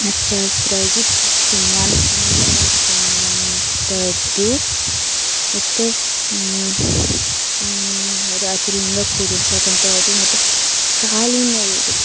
ಹಚ್ಚ ಹಸಿರಾಗಿ ಸು ತುಂಬನೇ ಸುಂದರವಾಗಿ ಕಾಣುವಂಥದ್ದು ಮತ್ತು ಯಾವುದು ಹಸಿರಿನಿಂದ ಕೂಡಿರತಕ್ಕಂತಹದ್ದು ಮತ್ತು ಕಾಳಿ ನದಿ